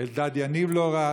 אלדד יניב לא רץ,